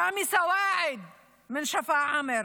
רמי סועאד משפרעם,